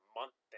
month